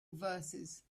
verses